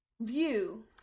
view